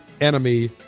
enemy